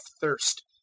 thirst